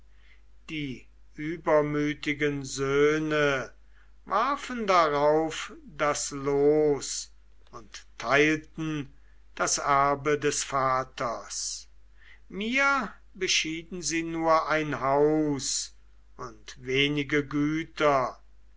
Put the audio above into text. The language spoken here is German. die übermütigen söhne warfen darauf das los und teilten das erbe des vaters mir beschieden sie nur ein haus und wenige güter